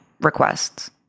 requests